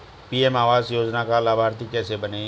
PM आवास योजना का लाभर्ती कैसे बनें?